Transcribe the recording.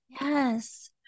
Yes